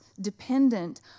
dependent